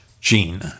gene